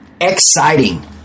Exciting